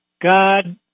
God